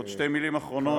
עוד שתי מילים אחרונות.